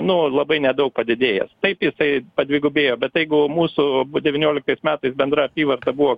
nu labai nedaug padidėjęs taip jisai padvigubėjo bet jeigu mūsų devynioliktais metai bendra apyvarta buvo